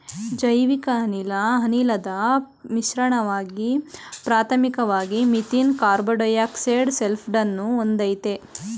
ಜೈವಿಕಅನಿಲ ಅನಿಲದ್ ಮಿಶ್ರಣವಾಗಿದೆ ಪ್ರಾಥಮಿಕ್ವಾಗಿ ಮೀಥೇನ್ ಕಾರ್ಬನ್ಡೈಯಾಕ್ಸೈಡ ಸಲ್ಫೈಡನ್ನು ಹೊಂದಯ್ತೆ